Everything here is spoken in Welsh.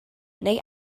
neu